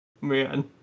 man